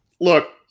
look